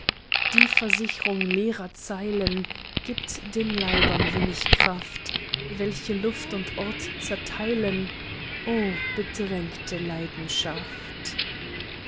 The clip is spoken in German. die versichrung leerer zeilen gibt den leibern wenig kraft welche luft und ort zerteilen o bedrängte leidenschaft